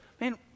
man